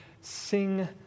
sing